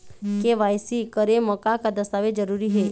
KYC करे म का का दस्तावेज जरूरी हे?